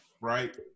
right